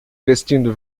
vestindo